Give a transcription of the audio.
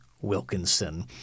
Wilkinson